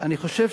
אני חושב